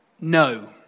no